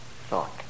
thought